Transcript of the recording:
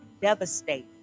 devastating